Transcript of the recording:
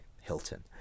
Hilton